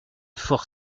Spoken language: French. fort